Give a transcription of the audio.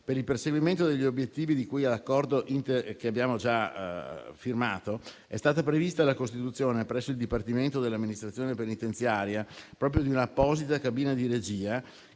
Per il perseguimento degli obiettivi di cui all'accordo che è stato già firmato è stata prevista la costituzione presso il Dipartimento dell'amministrazione penitenziaria di un'apposita cabina di regia